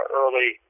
early